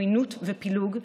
עוינות ופילוג,